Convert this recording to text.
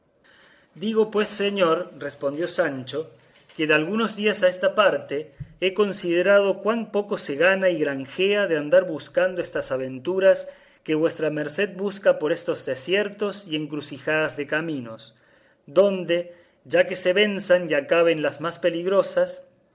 digo pues señor respondió sancho que de algunos días a esta parte he considerado cuán poco se gana y granjea de andar buscando estas aventuras que vuestra merced busca por estos desiertos y encrucijadas de caminos donde ya que se venzan y acaben las más eligrosas